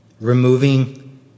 removing